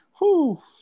whoo